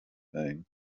thing